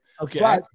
Okay